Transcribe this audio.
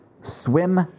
swim